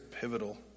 pivotal